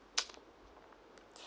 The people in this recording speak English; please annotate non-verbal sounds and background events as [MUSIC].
[NOISE]